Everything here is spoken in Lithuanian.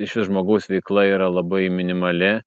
išvis žmogaus veikla yra labai minimali